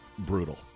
Brutal